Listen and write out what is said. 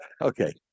Okay